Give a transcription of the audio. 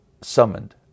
summoned